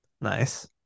nice